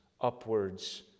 upwards